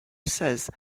says